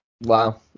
wow